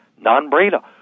non-brainer